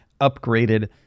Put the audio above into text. upgraded